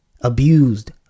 abused